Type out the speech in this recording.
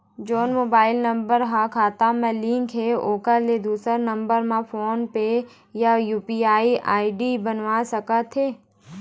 जोन mobile number हा खाता मा लिन्क हे ओकर ले दुसर नंबर मा फोन पे या यू.पी.आई आई.डी बनवाए सका थे?